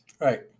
Right